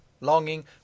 longing